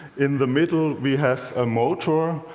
in the middle we have a motor,